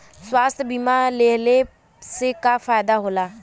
स्वास्थ्य बीमा लेहले से का फायदा होला?